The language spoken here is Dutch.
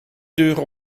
duren